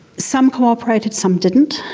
some cooperated, some didn't.